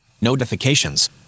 notifications